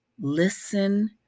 Listen